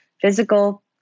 physical